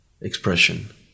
expression